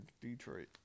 Detroit